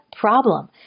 problem